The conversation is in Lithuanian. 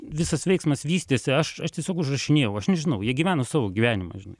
visas veiksmas vystėsi aš aš tiesiog užrašinėjau aš nežinau jie gyveno savo gyvenimą žinai